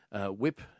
Whip